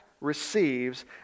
receives